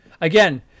again